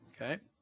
Okay